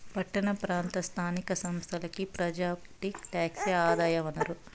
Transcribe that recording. పట్టణ ప్రాంత స్థానిక సంస్థలకి ప్రాపర్టీ టాక్సే ఆదాయ వనరు